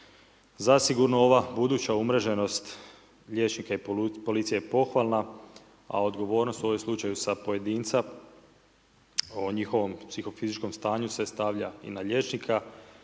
Zasigurno ova buduća umreženost liječnika i policije je pohvalna, a odgovornost u ovom slučaju sa pojedinca o njihovom psihofizičkom stanju se stavlja i na liječnika